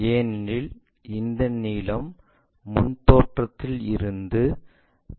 ஏனெனில் இந்த நீளம் முன் தோற்றத்தில் இருந்து பெறக்கூடிய நிலையில் இருக்கும்